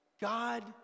God